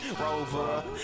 Rover